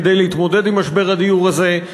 כדי להתמודד עם משבר הדיור הזה.